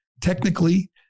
technically